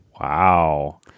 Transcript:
Wow